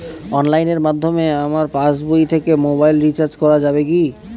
অনলাইনের মাধ্যমে আমার পাসবই থেকে মোবাইল রিচার্জ করা যাবে কি?